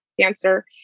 cancer